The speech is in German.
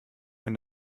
wenn